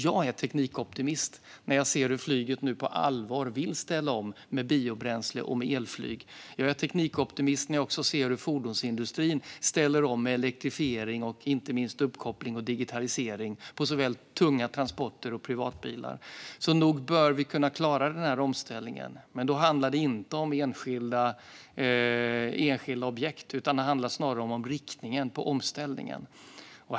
Jag är teknikoptimist när jag ser hur flyget nu på allvar vill ställa om med biobränsle och elflyg. Jag är teknikoptimist när jag ser hur fordonsindustrin ställer om med elektrifiering och inte minst uppkoppling och digitalisering av såväl tunga transporter som privatbilar. Nog bör vi klara denna omställning, men då handlar det inte om enskilda objekt utan snarare om riktningen på omställningen.